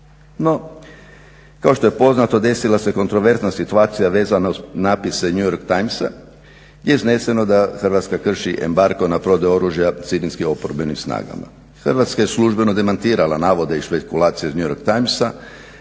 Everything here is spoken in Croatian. No, kao što je poznato desila se kontroverzna situacija vezana uz natpise New York Timesa gdje je izneseno da Hrvatska krši embargo na prodaju oružja Sirijskim oporbenim snagama. Hrvatska je službeno demantirala navode i špekulacije iz New York Timesa